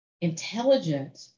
intelligent